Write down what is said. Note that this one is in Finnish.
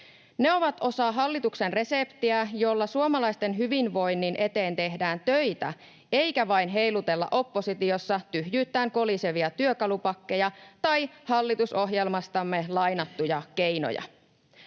— ovat osa hallituksen reseptiä, jolla suomalaisten hyvinvoinnin eteen tehdään töitä eikä vain heilutella oppositiossa tyhjyyttään kolisevia työkalupakkeja tai hallitusohjelmastamme lainattuja keinoja.